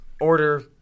order